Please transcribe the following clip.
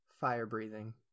fire-breathing